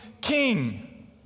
King